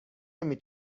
نمی